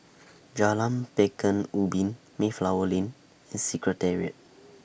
Jalan Pekan Ubin Mayflower Lane and Secretariat